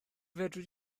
fedri